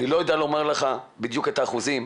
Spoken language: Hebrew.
אני לא יודע לומר לך בדיוק את האחוזים,